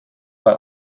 mal